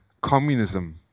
Communism